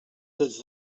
tots